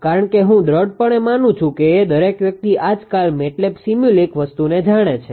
કારણ કે હું દૃઢપણે માનું છું કે દરેક વ્યક્તિ આજકાલ MATLAB સિમુલિંક વસ્તુને જાણે છે